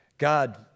God